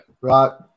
right